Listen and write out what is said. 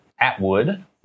Atwood